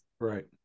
Right